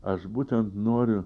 aš būtent noriu